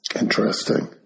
Interesting